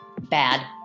bad